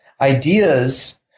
ideas